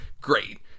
Great